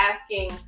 asking